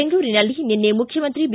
ಬೆಂಗಳೂರಿನಲ್ಲಿ ನಿನ್ನೆ ಮುಖ್ಯಮಂತ್ರಿ ಬಿ